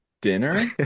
dinner